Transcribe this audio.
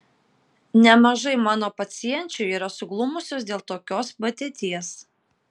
nemažai mano pacienčių yra suglumusios dėl tokios padėties